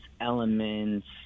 elements